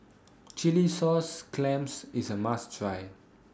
Chilli Sauce Clams IS A must Try